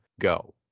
go